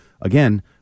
again